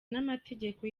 n’amategeko